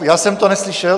Já jsem neslyšel.